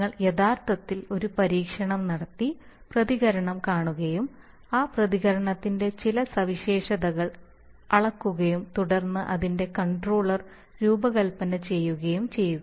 നിങ്ങൾ യഥാർത്ഥത്തിൽ ഒരു പരീക്ഷണം നടത്തി പ്രതികരണം കാണുകയും ആ പ്രതികരണത്തിന്റെ ചില സവിശേഷതകൾ അളക്കുകയും തുടർന്ന് അതിന്റെ കൺട്രോളർ രൂപകൽപ്പന ചെയ്യുകയും ചെയ്യുക